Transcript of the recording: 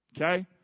Okay